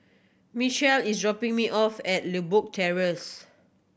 Mechelle is dropping me off at Limbok Terrace